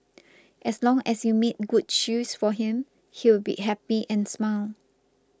as long as you made good shoes for him he would be happy and smile